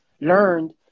learned